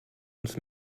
uns